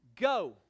go